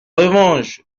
revanche